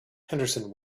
henderson